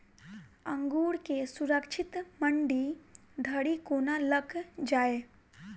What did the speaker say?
अंगूर केँ सुरक्षित मंडी धरि कोना लकऽ जाय?